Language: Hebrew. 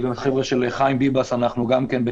ועם החבר'ה של חיים ביבס אנחנו בתקשורת